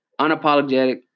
Unapologetic